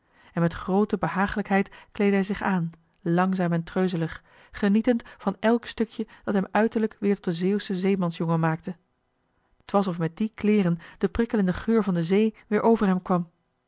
en met groote behaaglijkheid kleedde hij zich aan langzaam en treuzelig genietend van elk stukje dat hem uiterlijk weer tot den zeeuwschen zeemansjongen maakte t was of met die kleeren de prikkelende geur van de zee weer over hem kwam